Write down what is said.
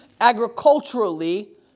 agriculturally